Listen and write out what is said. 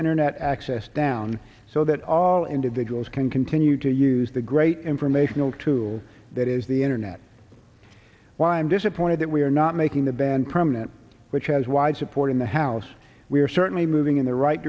internet access down so that all individuals can continue to use the great informational tool that is the internet why i'm disappointed that we are not making the ban permanent which has wide support in the house we are certainly moving in the right